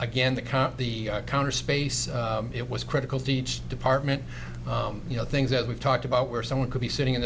again the comp the counter space it was critical to each department you know things that we've talked about where someone could be sitting in